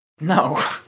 No